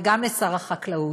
וגם לשר החקלאות,